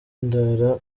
ndara